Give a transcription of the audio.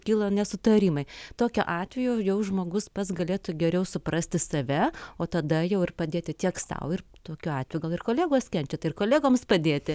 kilo nesutarimai tokiu atveju jau žmogus pats galėtų geriau suprasti save o tada jau ir padėti tiek sau ir tokiu atveju gal ir kolegos kenčia tai ir kolegoms padėti